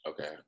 Okay